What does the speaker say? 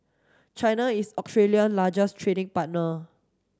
China is Australia largest trading partner